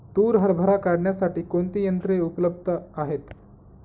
तूर हरभरा काढण्यासाठी कोणती यंत्रे उपलब्ध आहेत?